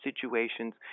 situations